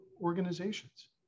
organizations